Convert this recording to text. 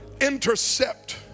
Intercept